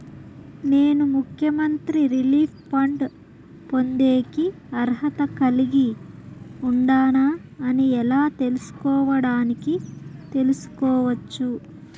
నేను ముఖ్యమంత్రి relief fund పొందేకి అర్హత కలిగి ఉండానా అని ఎలా తెలుసుకోవడానికి తెలుసుకోవచ్చు